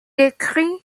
écrit